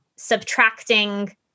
subtracting